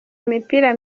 imipira